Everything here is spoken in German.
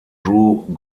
drew